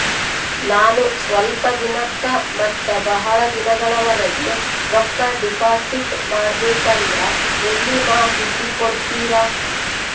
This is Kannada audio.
ನಾನು ಸ್ವಲ್ಪ ದಿನಕ್ಕ ಮತ್ತ ಬಹಳ ದಿನಗಳವರೆಗೆ ರೊಕ್ಕ ಡಿಪಾಸಿಟ್ ಮಾಡಬೇಕಂದ್ರ ಎಲ್ಲಿ ಮಾಹಿತಿ ಕೊಡ್ತೇರಾ?